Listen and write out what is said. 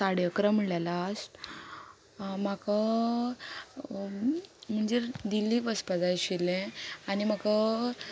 साडे अकरा म्हणल्या लास्ट म्हाका म्हणजे दिल्ली वचपाक जाय आशिल्ले आनी म्हाका